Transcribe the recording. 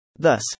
Thus